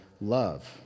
love